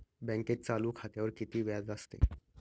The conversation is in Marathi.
बँकेत चालू खात्यावर किती व्याज असते?